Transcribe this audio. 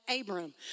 Abram